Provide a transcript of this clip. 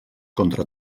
contra